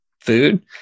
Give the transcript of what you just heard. food